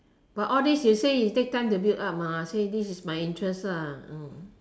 but all this you say it take time to build up ah say this is my interest lah mm